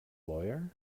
lawyer